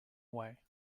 way